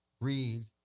Read